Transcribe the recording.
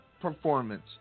performance